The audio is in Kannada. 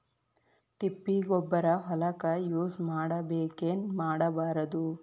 ತಿಪ್ಪಿಗೊಬ್ಬರ ಹೊಲಕ ಯೂಸ್ ಮಾಡಬೇಕೆನ್ ಮಾಡಬಾರದು?